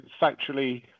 factually